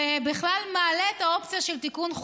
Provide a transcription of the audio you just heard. ובכלל מעלה את האופציה של תיקון,